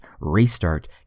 restart